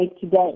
today